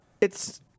It's-